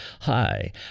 Hi